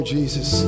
Jesus